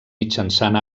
mitjançant